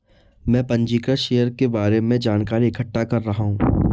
मैं पंजीकृत शेयर के बारे में जानकारी इकट्ठा कर रहा हूँ